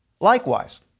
Likewise